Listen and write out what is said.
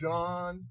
John